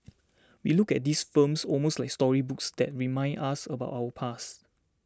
we look at these films almost like storybooks that remind us about our past